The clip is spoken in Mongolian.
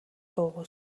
дуугүй